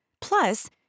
Plus